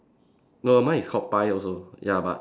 no mine is called pie also ya but